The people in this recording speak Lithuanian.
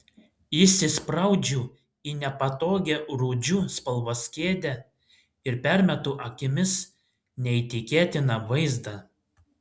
įsispraudžiu į nepatogią rūdžių spalvos kėdę ir permetu akimis neįtikėtiną vaizdą